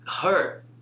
hurt